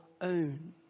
own